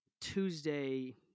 Tuesday